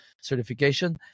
certification